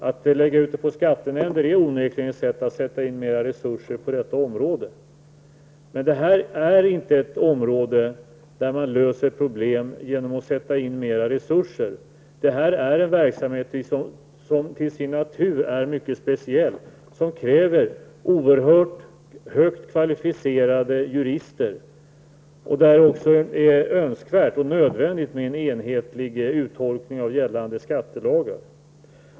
Att lägga ut detta på skattenämnderna är onekligen ett sätt att sätta in mer resurser på detta område. Men det här är inte ett område där man löser problemen genom att sätta in mer resurser. Det här är verksamhet som till sin natur är mycket speciell, kräver oerhört högt kvalificerade jurister och där det är önskvärt och nödvändigt med en enhetlig uttolkning av gällande skattelagar.